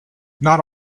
not